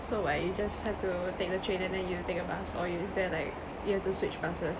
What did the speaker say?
so what you just have to take the train and then you take a bus or you still like you have to switch buses